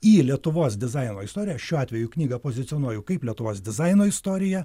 į lietuvos dizaino istoriją šiuo atveju knygą pozicionuoju kaip lietuvos dizaino istoriją